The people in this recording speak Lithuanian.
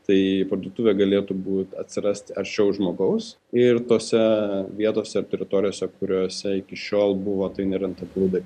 tai parduotuvė galėtų būt atsirast arčiau žmogaus ir tose vietose teritorijose kuriose iki šiol buvo tai nerentabilu bet